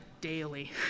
daily